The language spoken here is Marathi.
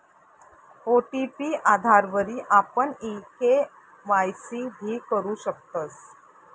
ओ.टी.पी आधारवरी आपण ई के.वाय.सी भी करु शकतस